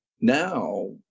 now